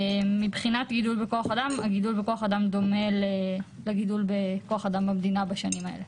הגידול בכוח אדם דומה לגידול בכוח אדם במדינה בשנים האלה.